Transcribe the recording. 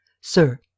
Sir